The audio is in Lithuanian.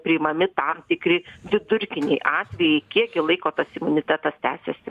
priimami tam tikri vidurkiniai atvejai kiek gi laiko tas imunitetas tęsiasi